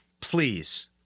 please